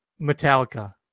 Metallica